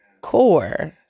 core